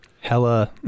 Hella